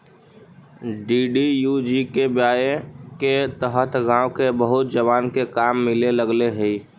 DDUGKY के तहत गाँव के बहुत जवान के काम मिले लगले हई